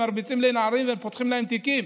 מרביצים לנערים ופותחים להם תיקים.